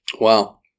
Wow